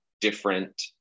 different